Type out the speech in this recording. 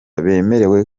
bemerewe